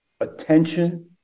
attention